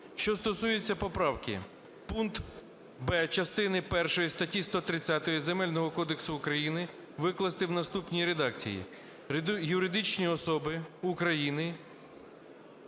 Що стосується поправки. Пункт "б" частини першої статті 130 Земельного кодексу України викласти в наступній редакції: "Юридичні особи України…"